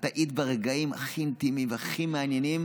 את היית ברגעים הכי אינטימיים והכי מעניינים,